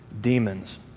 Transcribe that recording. demons